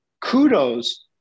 kudos